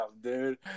dude